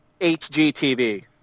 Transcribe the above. hgtv